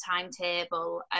timetable